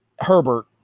Herbert